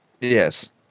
Yes